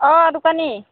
अ दखानि